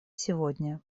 сегодня